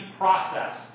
process